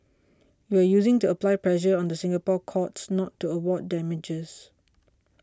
you are using to apply pressure on the Singapore courts not to award damages